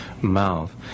mouth